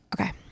Okay